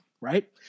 right